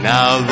Now